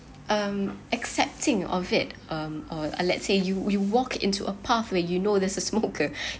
um accepting of it um or let say you you walk into a pathway you know there's a smoker